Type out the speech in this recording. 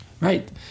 right